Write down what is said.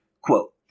Quote